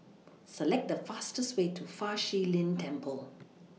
Select The fastest Way to Fa Shi Lin Temple